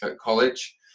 college